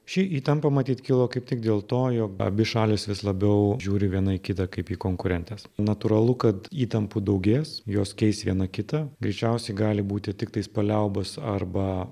ši įtampa matyt kilo kaip tik dėl to jog abi šalys vis labiau žiūri viena į kitą kaip į konkurentes natūralu kad įtampų daugės jos keis viena kitą greičiausiai gali būti tiktai paliaubos arba